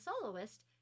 soloist